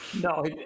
No